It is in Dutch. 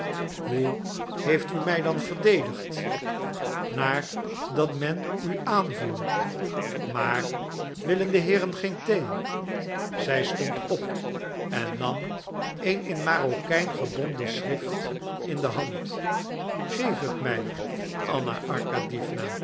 hoe heeft u mij dan verdedigd naar dat men u aanviel maar willen de heeren geen thee zij stond op en nam een in marokijn gebonden schrift in de hand geef het mij anna